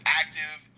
active